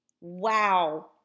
Wow